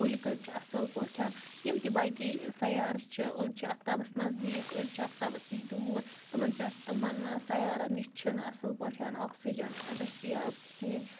کُلۍ کٔٹۍ چھ اصٕل پٲٹھۍ یِم تہِ باقٕے سَیارٕ چھِ أڑۍ چھِ اَکھتابَس نَزدیٖک أڑۍ چھِ اَکھتابَس نِش دوٗر تِمَن پٮ۪ٹھ تِمَن سَیارَن نِش چھِنہٕ اصٕل پٲٹھۍ آکسیٖجَن دٔستیاب کِہیٖنۍ